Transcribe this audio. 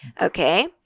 Okay